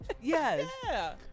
Yes